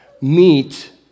meet